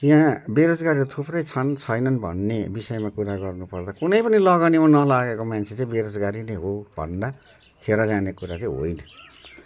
यहाँ बेरोजगारहरू थुप्रै छन् छैनन् भन्ने विषयमा कुरा गर्नु पर्दा कुनै पनि लगानीमा नलागेको मान्छे चाहिँ बेरोजगारी नै हो भन्दा खेर जाने कुरा चाहिँ होइन